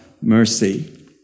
mercy